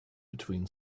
between